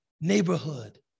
neighborhood